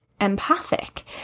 empathic